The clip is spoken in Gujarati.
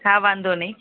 હા વાંધો નહીં